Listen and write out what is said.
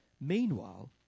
Meanwhile